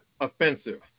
offensive